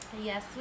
Yes